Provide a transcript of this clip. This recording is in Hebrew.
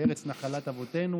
בארץ נחלת אבותינו,